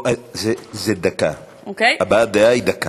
הבעת דעה היא דקה.